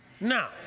now